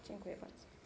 Dziękuję bardzo.